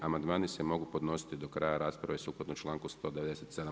Amandmani se mogu podnositi do kraja rasprave sukladno članku 197.